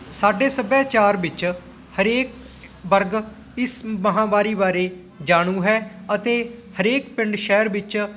ਸਾਡੇ ਸੱਭਿਆਚਾਰ ਵਿੱਚ ਹਰੇਕ ਵਰਗ ਇਸ ਮਹਾਂਮਾਰੀ ਬਾਰੇ ਜਾਣੂ ਹੈ ਅਤੇ ਹਰੇਕ ਪਿੰਡ ਸ਼ਹਿਰ ਵਿੱਚ